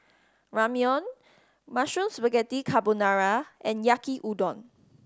Ramyeon Mushroom Spaghetti Carbonara and Yaki Udon